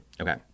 Okay